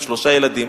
עם שלושה ילדים,